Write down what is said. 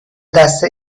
دست